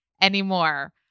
anymore